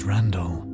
Randall